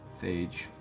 Sage